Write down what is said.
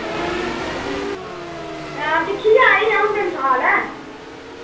हां दिक्खियै आई आऊं डंसाल